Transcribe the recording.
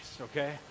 okay